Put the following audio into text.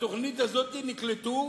בתוכנית הזאת נקלטו